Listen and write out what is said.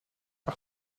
par